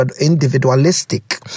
individualistic